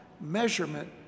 measurement